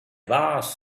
boss